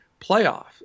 playoff